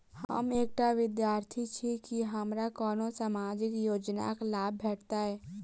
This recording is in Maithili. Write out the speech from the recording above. हम एकटा विद्यार्थी छी, की हमरा कोनो सामाजिक योजनाक लाभ भेटतय?